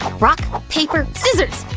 rock, ah paper, scissors!